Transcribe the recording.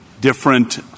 different